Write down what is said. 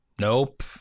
Nope